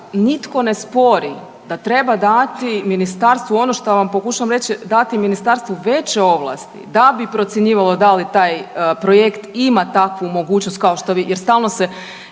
nitko ne spori da treba dati ministarstvo ono što vam pokušavam reći, dati ministarstvu veće ovlasti da bi procjenjivalo da li taj projekt ima takvu mogućnost kao što vi jer stalno se